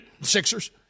Sixers